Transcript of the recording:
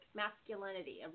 masculinity